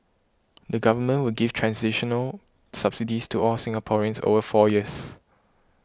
the Government will give transitional subsidies to all Singaporeans over four years